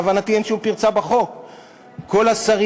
ולהבנתי,